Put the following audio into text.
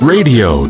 Radio